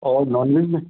और नॉनवेज में